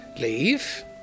leave